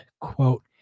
quote